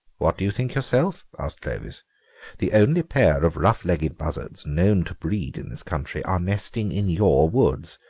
what do you think yourself? asked clovis the only pair of rough-legged buzzards known to breed in this country are nesting in your woods.